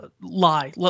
lie